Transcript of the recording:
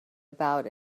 about